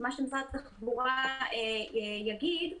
מה שמשרד התחבורה יגיד,